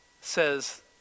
says